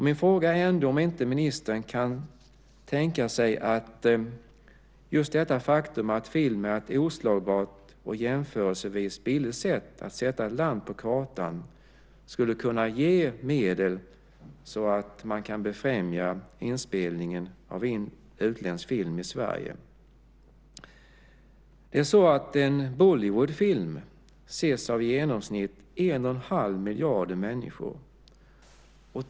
Min fråga är om ministern, just med tanke på att film är ett oslagbart och jämförelsevis billigt sätt att sätta ett land på kartan, skulle kunna tänka sig att ge medel så att man kan främja inspelningen av utländsk film i Sverige. En Bollywoodfilm ses av i genomsnitt 1 1⁄2 miljard människor.